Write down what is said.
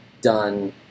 done